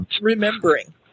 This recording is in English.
remembering